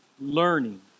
learning